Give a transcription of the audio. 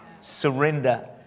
Surrender